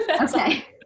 Okay